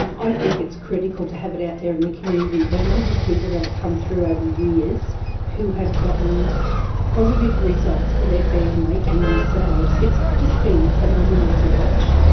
i think it's critical to have it out there in the community. the number of people that have come through over the years, who have gotten positive results for their family and themselves, it's just been phenomenal to watch.